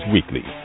Weekly